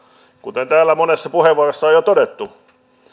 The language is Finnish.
kuten täällä monessa puheenvuorossa on jo todettu